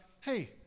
hey